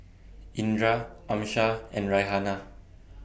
Indra Amsyar and Raihana